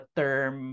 term